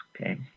okay